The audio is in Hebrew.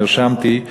שנרשמתי אליו,